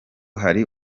hari